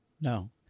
No